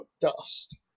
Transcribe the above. Dust